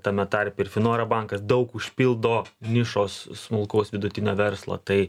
tame tarpe ir noro bankas daug užpildo nišos smulkaus vidutinio verslo tai